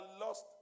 lost